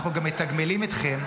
אנחנו גם מתגמלים אתכם,